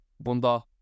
bunda